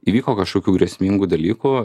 įvyko kažkokių grėsmingų dalykų